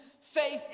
faith